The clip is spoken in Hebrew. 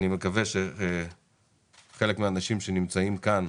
אני מקווה שחלק מהאנשים שנמצאים כאן,